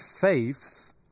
faiths